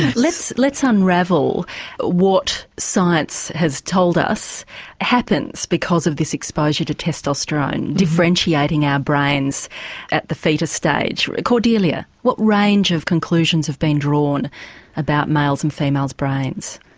let's let's unravel what science has told us happens because of this exposure to testosterone, differentiating our brains at the foetus stage. cordelia, what range of conclusions have been drawn about males' and females' brains?